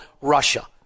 Russia